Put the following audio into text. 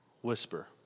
whisper